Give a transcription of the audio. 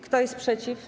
Kto jest przeciw?